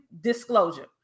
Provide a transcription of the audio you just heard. disclosure